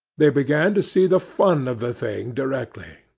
they began to see the fun of the thing directly,